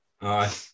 Aye